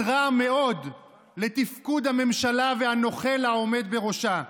רע מאוד לתפקוד הממשלה והנוכל העומד בראשה,